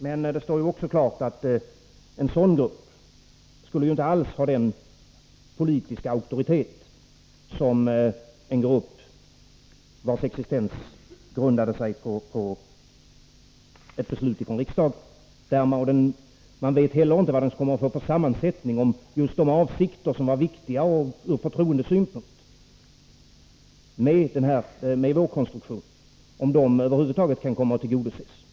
Men det står också klart att en sådan grupp inte alls skulle ha den politiska auktoritet som en grupp vars existens grundade sig på ett beslut från riksdagen skulle ha. Man vet inte heller vilken sammansättning gruppen skulle få. Lika litet vet man om just de avsikter som var viktiga ur förtroendesynpunkt med vår konstruktion över huvud taget skulle komma att tillgodoses.